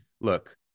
look